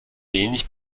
wenig